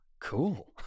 Cool